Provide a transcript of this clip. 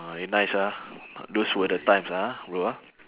ah we nice ah those were the times ah bro ah